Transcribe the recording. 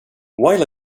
while